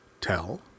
Tell